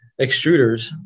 extruders